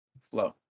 Flow